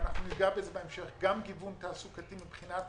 גם גיוון תעסוקתי מבחינת